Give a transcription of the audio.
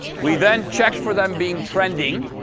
we then checked for them being trending.